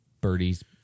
birdies